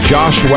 Josh